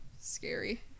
Scary